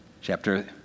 Chapter